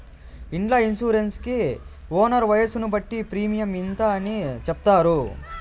ఇండ్ల ఇన్సూరెన్స్ కి ఓనర్ వయసును బట్టి ప్రీమియం ఇంత అని చెప్తారు